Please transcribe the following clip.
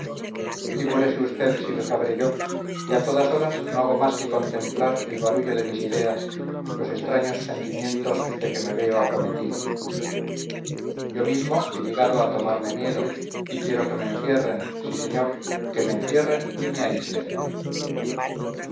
figúrese usted si lo sabré yo que a todas horas no hago más que contemplar el barullo de mis ideas los extraños sentimientos de que me veo acometido yo mismo he llegado a tomarme miedo y quiero que me encierren sí señor que me encierren y me aíslen